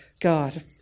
God